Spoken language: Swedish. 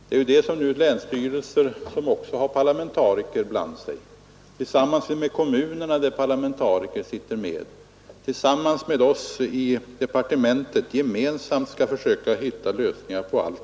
Detta skall länsstyrelser och kommunala organ, i vilka på båda hållen parlamentariker ingår, tillsammans med oss i departementet gemensamt försöka hitta lösningar på.